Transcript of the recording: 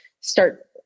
start